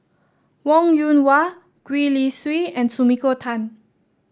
Wong Yoon Wah Gwee Li Sui and Sumiko Tan